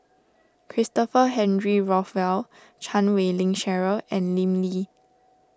Christopher Henry Rothwell Chan Wei Ling Cheryl and Lim Lee